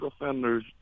offenders